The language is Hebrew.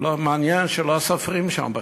מעניין שלא סופרים שם בכלל.